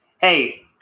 Hey